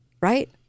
Right